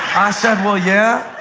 i said, well, yeah.